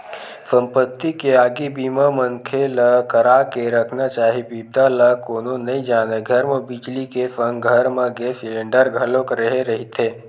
संपत्ति के आगी बीमा मनखे ल करा के रखना चाही बिपदा ल कोनो नइ जानय घर म बिजली के संग घर म गेस सिलेंडर घलोक रेहे रहिथे